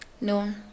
No